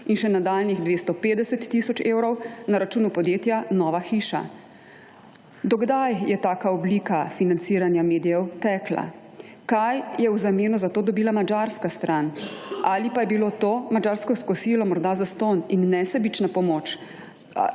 in še nadaljnjih 250 tisoč evrov na računu podjetja Nova hiša. Do kdaj je taka oblika financiranja medijev tekla? Kaj je v zameno za to dobila madžarska stran? Ali pa je bilo to madžarsko kosilo morda zastonj in nesebično pomoč,